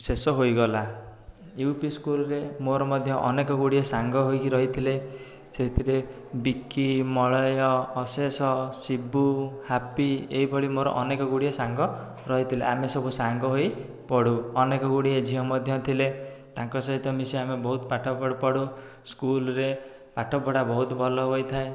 ଶେଷ ହୋଇଗଲା U P ସ୍କୁଲ୍ରେ ମୋର ମଧ୍ୟ ଅନେକଗୁଡ଼ିଏ ସାଙ୍ଗ ହୋଇକି ରହିଥିଲେ ସେଇଥିରେ ବିକି ମଳୟ ଅଶେଷ ଶିବୁ ହାପି ଏହିଭଳି ମୋର ଅନେକଗୁଡ଼ିଏ ସାଙ୍ଗ ରହିଥିଲେ ଆମେ ସବୁ ସାଙ୍ଗ ହୋଇ ପଢ଼ୁ ଅନେକ ଗୁଡ଼ିଏ ଝିଅ ମଧ୍ୟ ଥିଲେ ତାଙ୍କ ସହିତ ମିଶି ଆମେ ବହୁତ ପାଠ ପଢ଼ୁ ସ୍କୁଲ୍ରେ ପାଠ ପଢ଼ା ବହୁତ ଭଲ ହୋଇଥାଏ